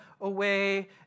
away